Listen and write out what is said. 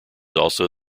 also